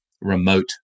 remote